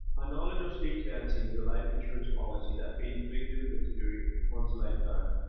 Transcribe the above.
a knowledge of stage dancing is a life insurance policy that pays big dividends during one's lifetime.